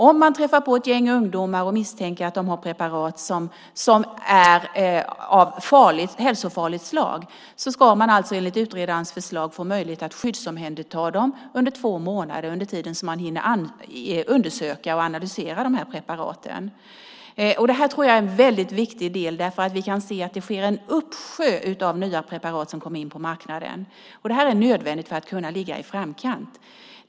Om man träffar på ett gäng ungdomar och misstänker att de har preparat som är av hälsofarligt slag ska man enligt utredarens förslag få möjlighet att skyddsomhänderta dem under två månader, under tiden som man analyserar och undersöker preparaten. Det här tror jag är en väldigt viktig del. Vi kan se att det är en uppsjö av nya preparat som kommer in på marknaden. Det här är nödvändigt för att man ska kunna ligga i framkant.